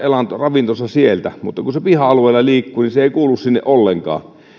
ravintonsa mutta kun se piha alueella liikkuu niin sinne se ei kuulu ollenkaan